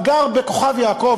גר בכוכב-יעקב,